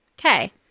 Okay